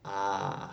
ah